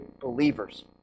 believers